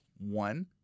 one